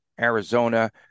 Arizona